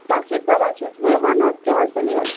doctor صٲب حظ چھُس بہٕ وَن حظ کیٛاہ حظ دٔلیٖل